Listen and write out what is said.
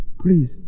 please